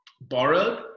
borrowed